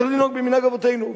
צריך לנהוג במנהג אבותינו,